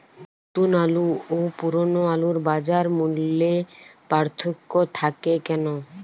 নতুন আলু ও পুরনো আলুর বাজার মূল্যে পার্থক্য থাকে কেন?